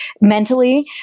mentally